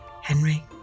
Henry